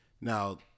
now